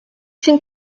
can